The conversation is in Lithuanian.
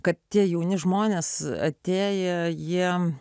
kad tie jauni žmonės atėję jiems